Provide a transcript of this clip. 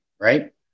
Right